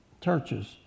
churches